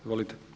Izvolite.